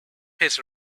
his